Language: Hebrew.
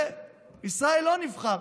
וישראל לא נבחר.